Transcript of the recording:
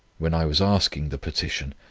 when i was asking the petition,